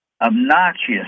obnoxious